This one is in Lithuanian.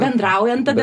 bendraujant tada